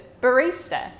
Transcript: barista